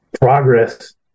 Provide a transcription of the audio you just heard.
progress